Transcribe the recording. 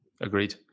Agreed